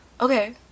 okay